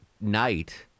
night